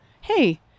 hey